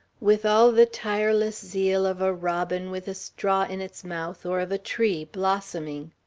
with all the tireless zeal of a robin with a straw in its mouth or of a tree, blossoming.